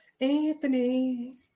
Anthony